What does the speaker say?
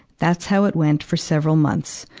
that's how it went for several months.